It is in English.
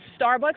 Starbucks